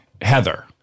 Heather